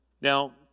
Now